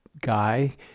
guy